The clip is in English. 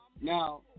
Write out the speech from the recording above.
Now